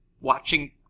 watching